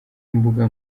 imbuga